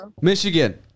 Michigan